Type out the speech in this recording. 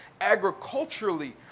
Agriculturally